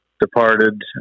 departed